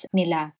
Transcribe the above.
nila